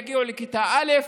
יגיעו לכיתה א',